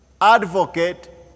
Advocate